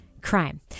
crime